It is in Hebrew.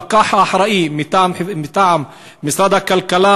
הפקח האחראי מטעם משרד הכלכלה